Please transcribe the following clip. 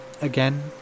again